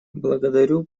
благодарю